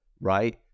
right